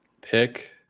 pick